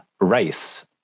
race